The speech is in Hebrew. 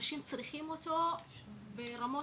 שאנשים צריכים אותו ברמות